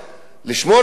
לשמור את הקואליציה,